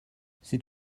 c’est